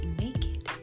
naked